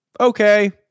okay